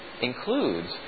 includes